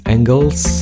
Angles